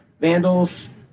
Vandals